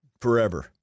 Forever